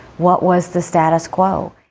what was the status quo?